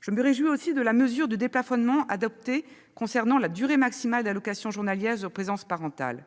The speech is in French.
Je me réjouis aussi de la mesure de déplafonnement adoptée concernant la durée maximale d'allocation journalière de présence parentale.